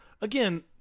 again